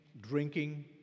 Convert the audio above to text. drinking